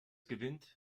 gewinnt